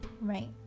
right